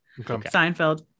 Seinfeld